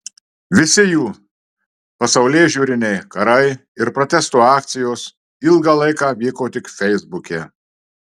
visi jų pasaulėžiūriniai karai ir protesto akcijos ilgą laiką vyko tik feisbuke